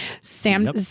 Sam